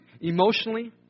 emotionally